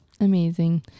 Amazing